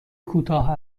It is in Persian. کوتاه